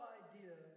idea